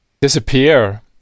disappear